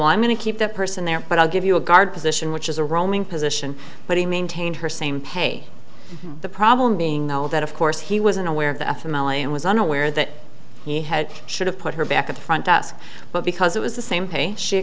well i'm going to keep that person there but i'll give you a guard position which is a roaming position but he maintained her same pay the problem being though that of course he wasn't aware of the family and was unaware that he had should have put her back at the front desk but because it was the same pay she